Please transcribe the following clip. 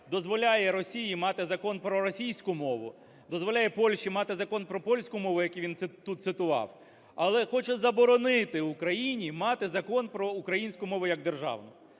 дозволяє Росії мати Закон про російську мову, дозволяє Польщі мати Закон про польську мову, який він тут цитував, але хоче заборонити Україні мати Закон про українську мову як державну.